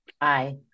Aye